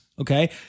Okay